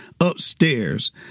upstairs